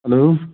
hello